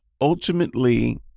ultimately